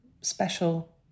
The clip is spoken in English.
special